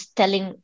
telling